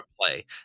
play